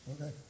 Okay